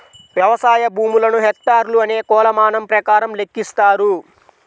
వ్యవసాయ భూములను హెక్టార్లు అనే కొలమానం ప్రకారం లెక్కిస్తారు